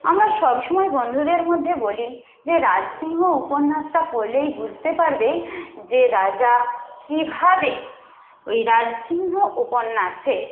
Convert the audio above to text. আমরা সবসময় বন্ধুদের মধ্যে বলি যে রাজসিংহ উপন্যাসটা পড়লেই বুঝতে পারবে যে রাজা কীভাবে ওই রাজসিংহ উপন্যাসে